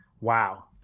Wow